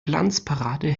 glanzparade